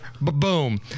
boom